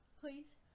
Please